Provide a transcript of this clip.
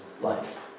life